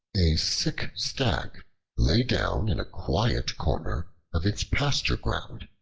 a sick stag lay down in a quiet corner of its pasture-ground.